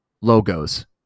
logos